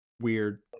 weird